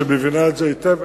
שמבינה את זה היטב.